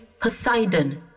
Poseidon